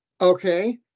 okay